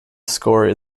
score